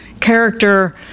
character